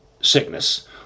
sickness